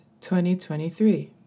2023